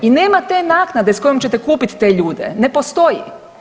I nema te naknade sa kojom ćete kupit te ljude, ne postoji.